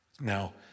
Now